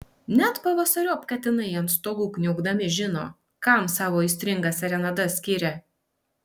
net pavasariop katinai ant stogų kniaukdami žino kam savo aistringas serenadas skiria